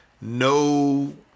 no